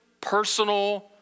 personal